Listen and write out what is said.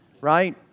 right